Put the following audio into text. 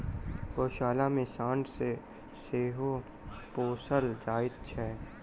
गोशाला मे साँढ़ के सेहो पोसल जाइत छै